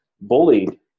bullied